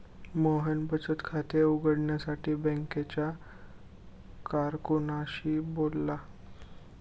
मोहन बचत खाते उघडण्यासाठी बँकेच्या कारकुनाशी बोलला